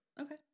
Okay